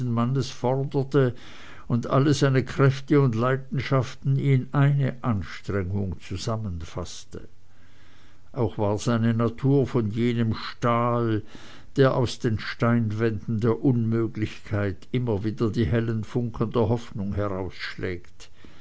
mannes forderte und alle seine kräfte und leidenschaften in eine anstrengung zusammenfaßte auch war seine natur von jenem stahl der aus den steinwänden der unmöglichkeit immer wieder die hellen funken der hoffnung